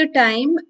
time